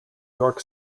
york